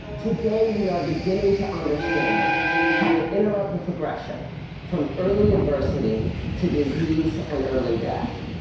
today, we are beginning to understand how to interrupt the progression from early adversity to disease and early death,